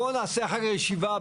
בואו נשה אחרי הישיבה,